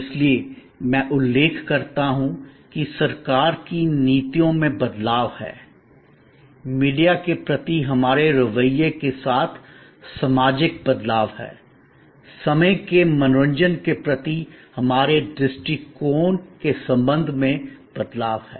इसलिए मैं उल्लेख करता हूं कि सरकार की नीतियों में बदलाव हैं मीडिया के प्रति हमारे रवैये के साथ सामाजिक बदलाव हैं समय के मनोरंजन के प्रति हमारे दृष्टिकोण के संबंध में बदलाव हैं